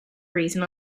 reason